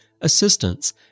assistance